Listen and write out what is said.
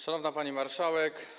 Szanowna Pani Marszałek!